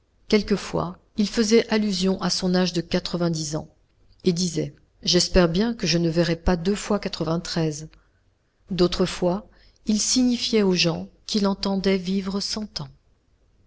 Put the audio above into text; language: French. quelquefois il faisait allusion à son âge de quatrevingt dix ans et disait j'espère bien que je ne verrai pas deux fois quatrevingt treize d'autres fois il signifiait aux gens qu'il entendait vivre cent ans